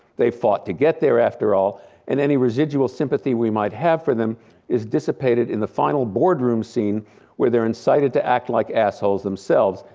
they fought to get there after all and any residual sympathy we might have for them is dissipated in the final boardroom scene where they're incited to act like assholes themselves,